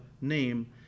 name